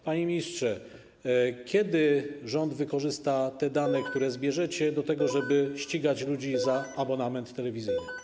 Panie ministrze, kiedy rząd wykorzysta dane, które zbierzecie, do tego, żeby ścigać ludzi za nieopłacony abonament telewizyjny?